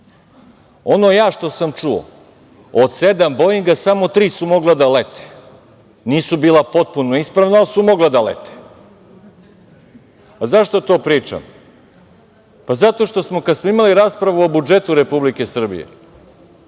Ono ja što sam čuo, od sedam „Boinga“, samo tri su mogla da lete, nisu bila potpuno ispravna ali su mogla da lete.Zašto to pričam? Zato što smo, kad smo imali raspravu o budžetu Republike Srbije,